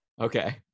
Okay